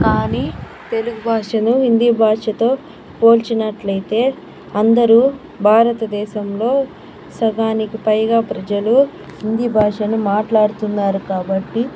కానీ తెలుగు భాషను హింది భాషతో పోల్చినట్లు అయితే అందరు భారతదేశంలో సగానికి పైగా ప్రజలు హిందీ భాషను మాట్లడుతున్నారు కాబట్టీ